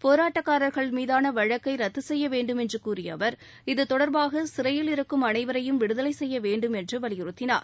போராட்டக்காரர்கள் மீதான வழக்கை ரத்து செய்ய வேண்டும் என்று கூறிய அவர் இத்தொடர்பாக சிறையில் இருக்கும் அனைவரையும் விடுதலை செய்ய வேண்டும் என்று வலியுறுத்தினார்